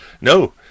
No